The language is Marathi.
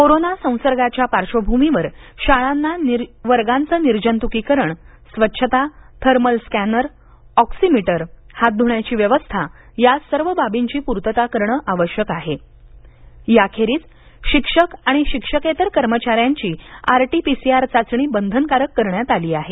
कोरोना संसार्गाच्या पार्श्वभूमीवर शाळांना वर्गांचे निर्जंत्कीकरण स्वच्छता थर्मल स्कॅनर ऑक्सी मिटर हात धुण्याची व्यवस्था या सर्व बाबींची पूर्तता करणं आवश्यक आहे याखेरीज शिक्षक आणि शिक्षकेतर कर्मचाऱ्यांची आर टी पी सीआर चाचणी बंधनकारक करण्यात आली आहे